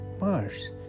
Mars